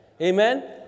Amen